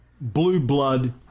blue-blood